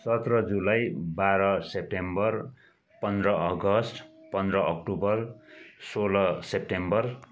सत्र जुलाई बाह्र सेप्टेम्बर पन्ध्र अगस्त पन्ध्र अक्टोबर सोह्र सेप्टेम्बर